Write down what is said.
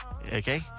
Okay